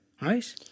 Right